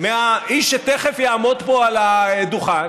מהאיש שתכף יעמוד פה על הדוכן,